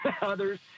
others